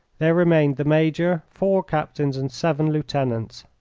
there remained the major, four captains, and seven lieutenants.